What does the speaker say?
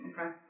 Okay